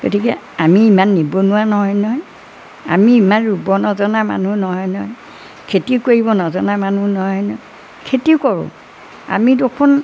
গতিকে আমি ইমান নিবনুৱা নহয় নহয় আমি ইমান ৰুব নজনা মানুহ নহয় নহয় খেতি কৰিব নজনা মানুহ নহয় নহয় খেতিও কৰোঁ আমি দেখোন